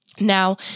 Now